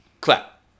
clap